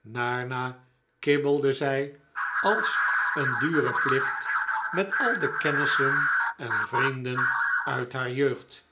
daarna kibbelde zij als een dure plicht met al de kennissen en vrienden uit haar jeugd